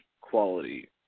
quality